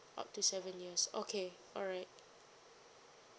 up to seven years okay alright